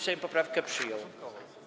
Sejm poprawkę przyjął.